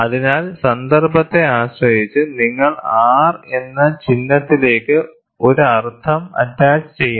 അതിനാൽ സന്ദർഭത്തെ ആശ്രയിച്ച് നിങ്ങൾ R എന്ന ചിഹ്നത്തിലേക്ക് ഒരു അർത്ഥം അറ്റാച്ചുചെയ്യണം